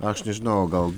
aš nežinau gal